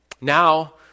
Now